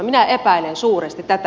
minä epäilen suuresti tätä